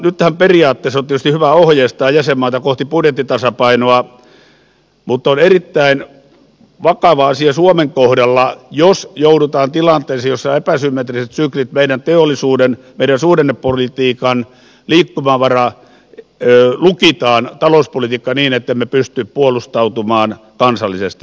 nythän periaatteessa on tietysti hyvä ohjeistaa jäsenmaita kohti budjettitasapainoa mutta on erittäin vakava asia suomen kohdalla jos joudutaan tilanteisiin joissa epäsymmetriset syklit meidän teollisuuden meidän suhdannepolitiikan liikkumavara lukitaan talouspolitiikkaan niin ettemme pysty puolustautumaan kansallisesti